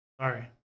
sorry